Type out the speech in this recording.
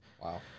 Wow